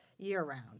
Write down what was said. year-round